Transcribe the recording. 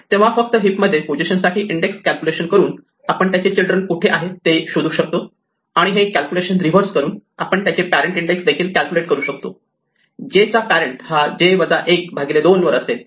तेव्हा फक्त हिप मध्ये पोझिशन साठी इंडेक्स कॅल्क्युलेशन करून आपण त्याचे चिल्ड्रन कुठे आहेत ते शोधू शकतो आणि हे कॅल्क्युलेशन रिव्हर्स करून आपण त्याचे पॅरेण्ट इंडेक्स देखील कॅल्क्युलेट करू शकतो j चा पॅरेण्ट हा 2 वर असेल